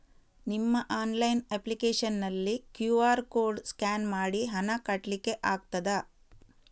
ನಿಮ್ಮ online application ನಲ್ಲಿ QR code scan ಮಾಡಿ ಹಣ ಕಟ್ಲಿಕೆ ಆಗ್ತದ?